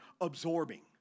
absorbing